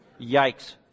Yikes